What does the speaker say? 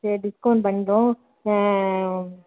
சரி டிஸ்கவுண்ட் பண்ணுறோம் ஆ